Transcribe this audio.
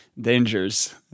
dangers